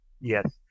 Yes